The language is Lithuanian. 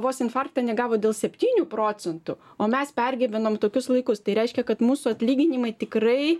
vos infarkto negavo dėl septynių procentų o mes pergyvenom tokius laikus tai reiškia kad mūsų atlyginimai tikrai